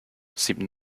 seemed